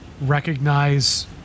recognize